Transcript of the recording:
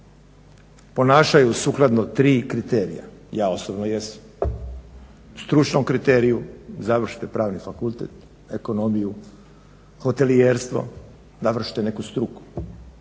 ponašaju sukladno tri kriterija. Ja osobno jesam. Stručnom kriteriju, završite pravni fakultet, ekonomiju, hotelijerstvo, završite neku struku.